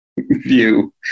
view